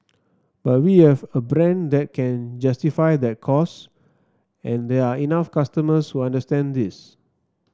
but we have a brand that can justify that cost and there are enough customers who understand this